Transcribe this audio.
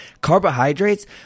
carbohydrates